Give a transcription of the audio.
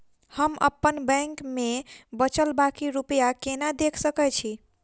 हम अप्पन बैंक मे बचल बाकी रुपया केना देख सकय छी?